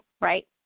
right